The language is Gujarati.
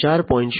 0 industry 4